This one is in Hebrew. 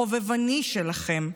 החובבני שלכם,